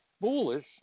foolish